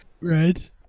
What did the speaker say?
Right